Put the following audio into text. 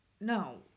No